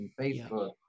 Facebook